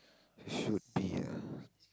it should be